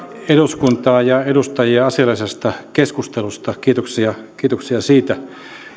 eduskuntaa ja edustajia asiallisesta keskustelusta kiitoksia kiitoksia siitä